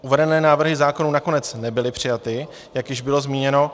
Uvedené návrhy zákonů nakonec nebyly přijaty, jak již bylo zmíněno.